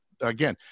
again